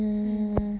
hmm